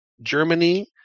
Germany